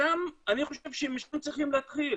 משם אני חושב שצריכים להתחיל.